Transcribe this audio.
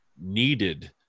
needed